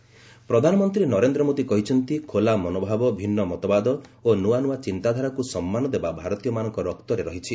PM ପ୍ରଧାନମନ୍ତ୍ରୀ ନରେନ୍ଦ୍ର ମୋଦୀ କହିଛନ୍ତି ଖୋଲା ମନୋଭାବ ଭିନ୍ନ ମତବାଦ ଓ ନୂଆନୂଆ ଚିନ୍ତାଧାରାକୁ ସମ୍ମାନ ଦେବା ଭାରତୀୟମାନଙ୍କ ରକ୍ତରେ ରହିଛି